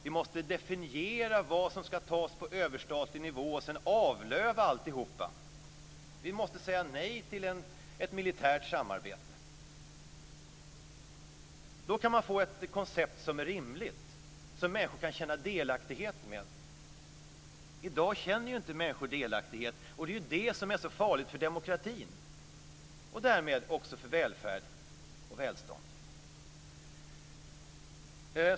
Vi måste definiera vad som ska tas på överstatlig nivå och sedan avlöva alltihop. Vi måste säga nej till ett militärt samarbete. Då kan man få ett koncept som är rimligt och som människor kan känna delaktighet i. I dag känner inte människor delaktighet, och det är det som är så farligt för demokratin och därmed också för välfärd och välstånd.